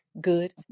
good